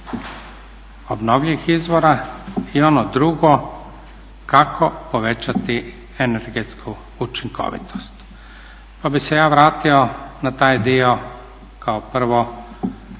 obnovljivih izvora i ono drugo, kako povećati energetsku učinkovitost. Pa bih se ja vratio na taj dio kao prvo